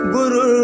Guru